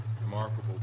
remarkable